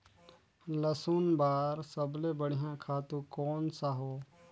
लसुन बार सबले बढ़िया खातु कोन सा हो?